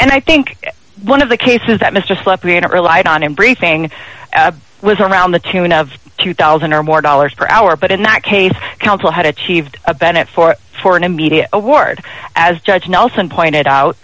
and i think one of the cases that mr slipper not relied on in briefing was around the tune of two thousand or more dollars per hour but in that case counsel had achieved a benefit for for an immediate award as judge nelson pointed out